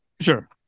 Sure